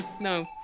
No